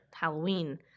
Halloween